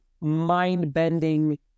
mind-bending